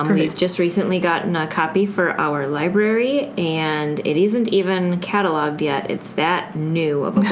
um and we've just recently gotten a copy for our library. and it isn't even cataloged yet, it's that new of